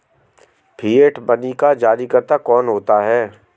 Fiat money का जारीकर्ता कौन होता है?